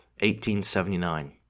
1879